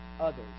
others